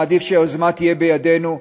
מעדיף שהיוזמה תהיה בידינו.